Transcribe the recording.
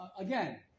Again